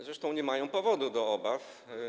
Zresztą nie mają powodu do obaw.